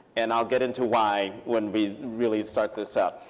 and i'll get into why when we really start this up.